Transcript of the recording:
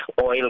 oil